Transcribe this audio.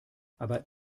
aber